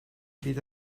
byd